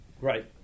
right